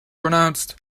pronounced